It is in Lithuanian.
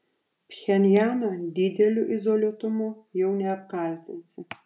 pchenjano dideliu izoliuotumu jau neapkaltinsi